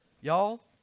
y'all